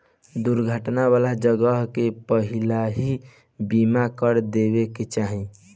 दुर्घटना वाला जगह के पहिलही बीमा कर देवे के चाही